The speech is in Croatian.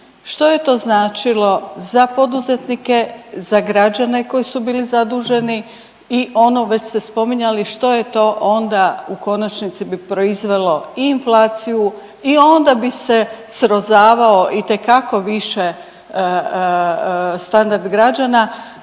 što je to značilo za poduzetnike, za građane koji su bili zaduženi i ono već ste spo9menuli što je to onda u konačnici bi proizvelo i inflaciju i onda bi se srozavao itekako više standard građana.